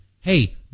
hey